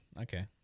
Okay